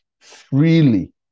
freely